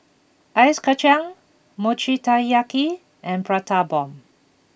Ice Kachang Mochi Taiyaki and Prata Bomb